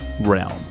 realm